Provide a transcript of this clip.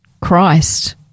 Christ